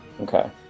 Okay